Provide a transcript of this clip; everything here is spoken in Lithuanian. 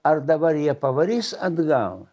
ar dabar jie pavarys atgal